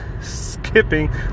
skipping